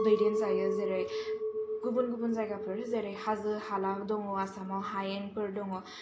दैदेन जायो जेरै गुबुन गुबुन जायगाफोर जेरै हाजो हाला दङ आसामाव हायेनफोर दङ